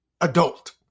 adult